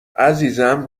عزیزم